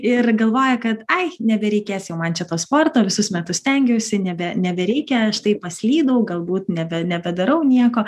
ir galvoja kad ai nebereikės jau man čia to sporto visus metus stengiausi nebe nebereikia štai paslydau galbūt nebe nebedarau nieko